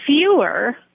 fewer